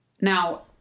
Now-